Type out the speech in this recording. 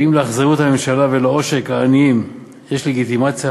האם לאכזריות הממשלה ולעושק העניים יש אותה לגיטימציה